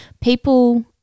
people